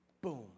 Boom